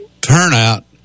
turnout